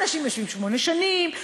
אנשים יושבים שמונה שנים,